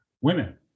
women